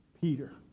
Peter